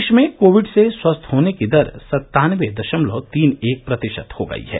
देश में कोविड से स्वस्थ होने की दर सत्तानबे दशमलव तीन एक प्रतिशत हो गई है